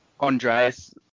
Andreas